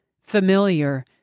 familiar